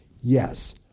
yes